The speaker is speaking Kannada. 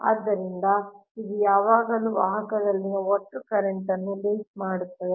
ಆದ್ದರಿಂದ ಇದು ಯಾವಾಗಲೂ ವಾಹಕದಲ್ಲಿನ ಒಟ್ಟು ಕರೆಂಟ್ ನ್ನು ಲಿಂಕ್ ಮಾಡುತ್ತದೆ